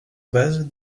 base